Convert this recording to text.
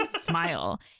smile